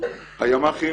הימ"חים